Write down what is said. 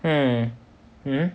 mm mm